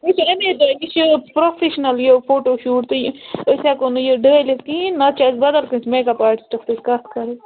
ییٚکیٛاہ أمی دوہ یہِ چھِ پروفِشنَل یہِ فوٹوٗشوٗت تہٕ أسۍ ہٮ۪کَو نہٕ یہِ ڈٲلِتھ کِہیٖنۍ نَتہٕ چھِ اَسہِ بدل کٲنٛسہِ میٚک اپ آٹِسٹَس سۭتۍ کَتھ کَرٕنۍ